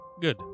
Good